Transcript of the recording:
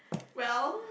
well